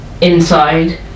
Inside